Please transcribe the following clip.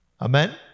Amen